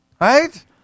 Right